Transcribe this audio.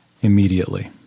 immediately